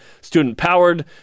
student-powered